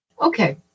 Okay